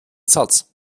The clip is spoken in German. satz